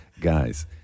guys